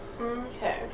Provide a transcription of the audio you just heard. Okay